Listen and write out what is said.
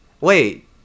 Wait